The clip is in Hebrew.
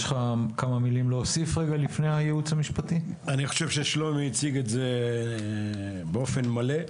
אני חושב ששלומי הציג את זה באופן מלא.